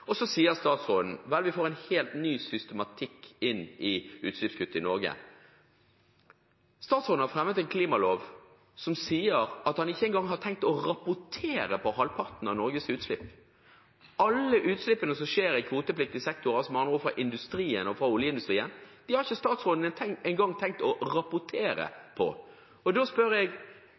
sier at vi får en helt ny systematikk i utslippskuttene i Norge. Statsråden har fremmet en klimalov der han ikke engang har tenkt å rapportere på halvparten av Norges utslipp. Utslippene i kvotepliktig sektor, med andre ord fra industrien og oljeindustrien, har ikke statsråden engang tenkt å rapportere på. Da spør jeg: